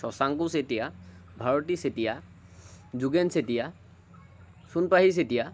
Shashanku Chetia Bharati Chetia Jogen Chetia Sonpahi Chetia